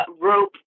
rope